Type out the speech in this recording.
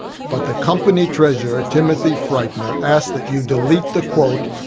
but the company treasurer, timothy frightener, asked that you delete the quote,